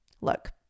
Look